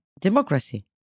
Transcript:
democracy